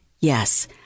Yes